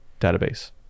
database